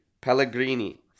Pellegrini